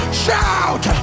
shout